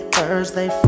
Thursday